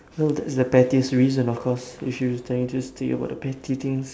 no that's the pettiest reason of course you should technically state about the petty things